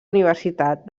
universitat